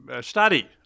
study